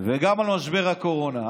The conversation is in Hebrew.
וגם על משבר הקורונה.